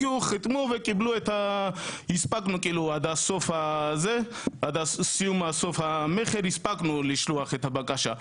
הגיעו חתמו והספקנו עד סיום סיום סוף המכר לשלוח את הבקשה,